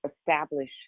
establish